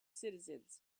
citizens